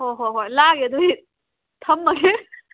ꯍꯣ ꯍꯣ ꯍꯣꯏ ꯂꯥꯛꯑꯒꯦ ꯑꯗꯨ ꯑꯣꯏꯔꯗꯤ ꯊꯝꯃꯒꯦ